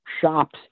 shops